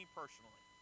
personally